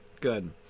Good